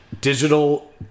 digital